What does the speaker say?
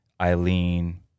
Eileen